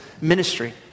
ministry